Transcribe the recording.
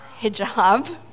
Hijab